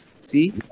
See